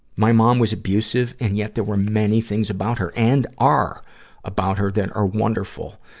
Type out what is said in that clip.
my mom was abusive, and yet there were many things about her and are about her that are wonderful.